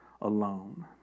alone